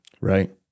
Right